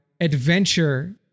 adventure